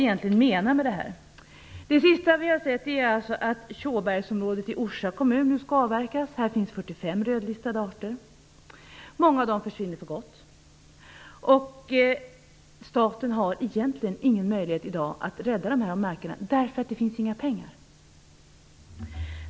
Det senaste som har hänt är att Tjåbergsområdet i Orsa kommun skall avverkas. Här finns 45 rödlistade arter. Många av dem försvinner för gott. Staten har i dag ingen möjlighet att rädda dessa marker, därför att det inte finns några pengar.